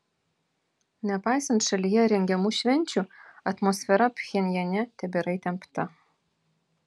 nepaisant šalyje rengiamų švenčių atmosfera pchenjane tebėra įtempta